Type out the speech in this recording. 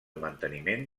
manteniment